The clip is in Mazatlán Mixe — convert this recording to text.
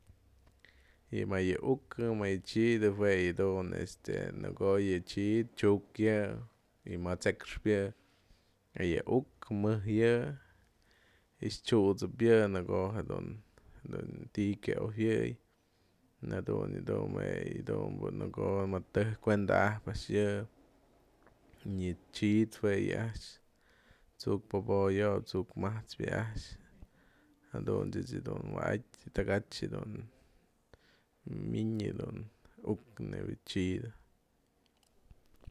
Më ya uk yë'ë uk më yë'ë chi'itën jue yë'ë dun este në ko'o chi'it xyu'ukyë yë'ë y më t'sexkpë yë'ë a yë'ë uk mëj yë'ë y xyudt'seb yë'ë në ko'o dun ti'i kya ioyëwë'ëy jadun yadun jue yadunbë mëd tëjk kuenda'abë a'ax yë'ë, yë'ë chi'it jue yë'ë a'ax tsu'uk pobo'oyop tsu'uk majt's yë'ë a'ax jadun ech dun wa'ad, tagaka'aty yë'ë dun mi'in yë'ë dun uk nebya yë'ë chi'itën